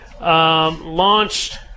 launched